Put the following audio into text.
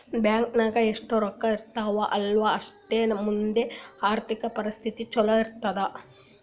bank ನಾಗ್ ಎಷ್ಟ ರೊಕ್ಕಾ ಇರ್ತಾವ ಅಲ್ಲಾ ಅಷ್ಟು ನಮ್ದು ಆರ್ಥಿಕ್ ಪರಿಸ್ಥಿತಿ ಛಲೋ ಇರ್ತುದ್